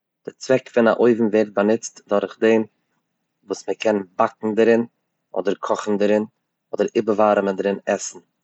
די צוועק פון אן אויוון ווערט באנוצט דורך דעם וואס מ'קען באקן דערין אדער קאכן דערין אדער איבער ווארעמען דערין עסן.